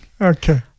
Okay